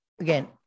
again